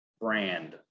brand